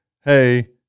Hey